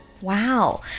Wow